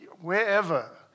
wherever